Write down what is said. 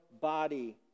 body